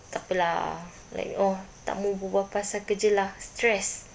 tak apa lah like oh tak mahu berbual pasal kerja lah stress